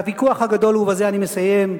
והוויכוח הגדול, ובזה אני מסיים,